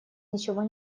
ничего